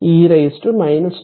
75 10 e 2